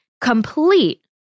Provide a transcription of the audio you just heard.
complete